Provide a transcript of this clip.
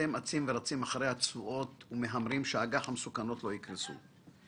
שאתם אצים ורצים אחרי התשואות ומהמרים שהאג"ח המסוכנות לא יקרסו.